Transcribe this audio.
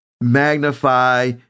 Magnify